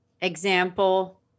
example